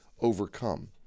overcome